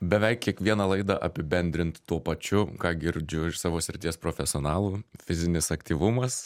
beveik kiekvieną laidą apibendrint tuo pačiu ką girdžiu iš savo srities profesionalų fizinis aktyvumas